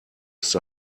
ist